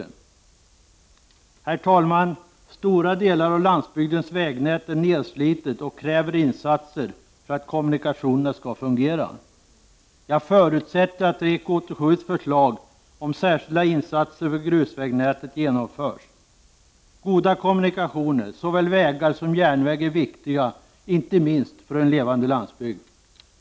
Herr talman! Stora delar av landsbygdens vägnät är nerslitet och kräver insatser för att kommunikationerna skall fungera. Jag förutsätter att REK 87:s förslag om särskilda insatser för grusvägnätet genomförs. Goda kommunikationer, såväl vägar som järnväg, är viktiga inte minst för en levande landsbygd.